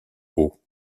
haut